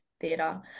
theater